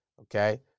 Okay